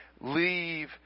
leave